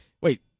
wait